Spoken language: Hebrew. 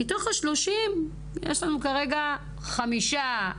מתוך ה-30 יש לנו כרגע 5,